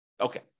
Okay